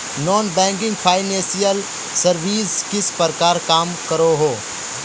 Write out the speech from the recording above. Non banking financial services किस प्रकार काम करोहो?